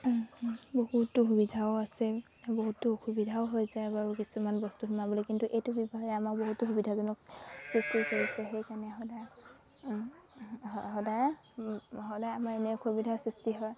বহুতো সুবিধাও আছে বহুতো অসুবিধাও হৈ যায় বাৰু কিছুমান বস্তু সোমাবলৈ কিন্তু এইটো ব্য়ৱহাৰে আমাক বহুতো সুবিধাজনক সৃষ্টি কৰিছে সেইকাৰণে সদায় সদায় সদায় আমাৰ এনে অসুবিধাৰ সৃষ্টি হয়